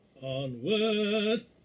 Onward